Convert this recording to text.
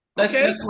okay